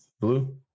blue